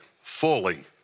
fully